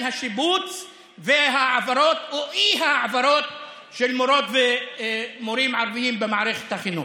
השיבוץ וההעברות או האי-העברות של מורות ומורים ערבים במערכת החינוך.